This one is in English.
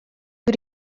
who